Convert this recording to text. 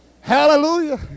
hallelujah